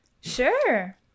Sure